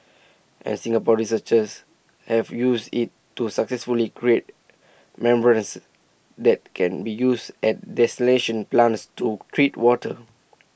and Singapore researchers have used IT to successfully create membranes that can be used at desalination plants to treat water